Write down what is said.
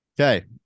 Okay